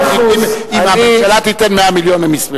אם הממשלה תיתן 100 מיליון, הם ישמחו.